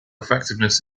effectiveness